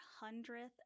hundredth